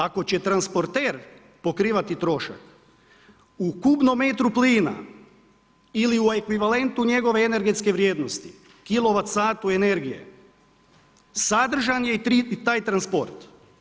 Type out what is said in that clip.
Ako će transporter pokrivati trošak u kubnom metru plina ili u ekvivalentu njegove energetske vrijednosti, kilovat satu energije, sadržan je i taj transport.